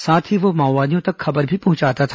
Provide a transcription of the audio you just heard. साथ ही वह माओवादियों तक खबर भी पहुंचाता था